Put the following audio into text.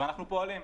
אנחנו פועלים,